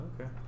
Okay